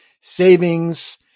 savings